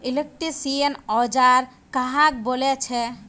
Electrician औजार कहाक बोले छे?